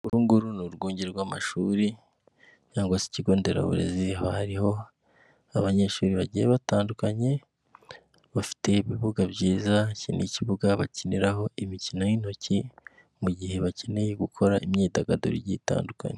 Uru nguru ni urwunge rw'amashuri cyangwa se ikigo nderaburezi hariho abanyeshuri bagiye batandukanye bafite ibibuga byiza, iki ni ikibuga bakiniraho imikino y'intoki mu gihe bakeneye gukora imyidagaduro itandukanye.